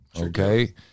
Okay